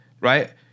right